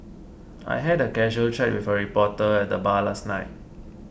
I had a casual chat with a reporter at the bar last night